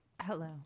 Hello